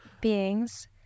beings